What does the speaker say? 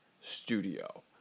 studio